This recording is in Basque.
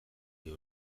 dio